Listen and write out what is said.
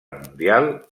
mundial